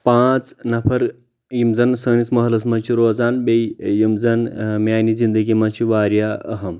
پانٛژ نفر یِم زن سٲنِس محلس منٛز چھِ روزان بییٚہِ یِم زن میانہِ زندگی منٛز چھِ واریاہ أہم